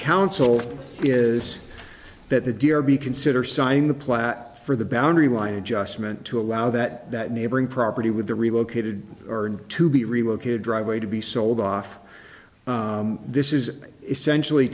council is that the deer be consider signing the plat for the boundary line adjustment to allow that that neighboring property with the relocated to be relocated driveway to be sold off this is essentially